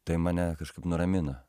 tai mane kažkaip nuramina